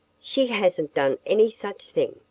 she hasn't done any such thing,